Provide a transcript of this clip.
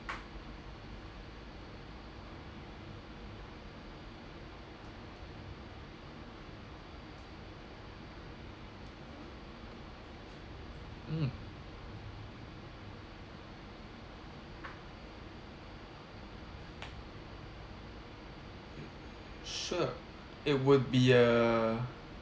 mm sure it would be err